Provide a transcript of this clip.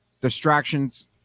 distractions